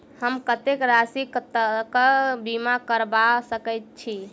हम कत्तेक राशि तकक बीमा करबा सकैत छी?